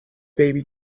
baby